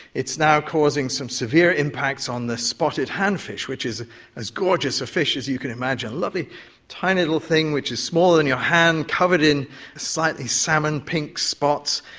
it is now causing some severe impacts on the spotted handfish which is as gorgeous a fish as you can imagine, a lovely tiny little thing which is smaller than your hand, covered in slightly salmon-pink spots.